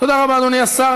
תודה רבה, אדוני השר.